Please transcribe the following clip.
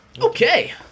Okay